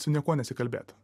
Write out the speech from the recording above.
su niekuo nesikalbėti